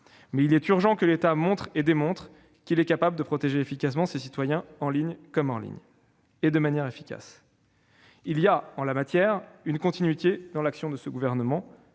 Mais il est urgent que l'État montre et démontre qu'il est capable de protéger efficacement ses citoyens, en ligne comme hors ligne. Il y a, en la matière, une continuité dans l'action de ce gouvernement